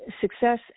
Success